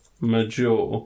Major